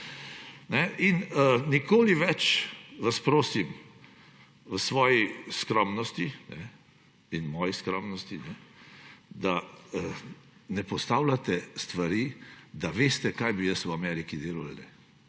Nikoli več, vas prosim v svoji skromnosti in moji skromnosti, da ne postavljate stvari, da veste, kaj bi jaz v Ameriki delal